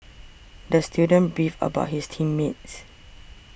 the student beefed about his team mates